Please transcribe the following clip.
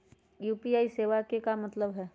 UPI सेवा के का मतलब है?